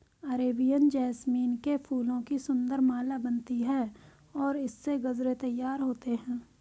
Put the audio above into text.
Arabian jasmine के फूलों की सुंदर माला बनती है और इससे गजरे तैयार होते हैं